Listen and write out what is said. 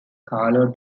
carlo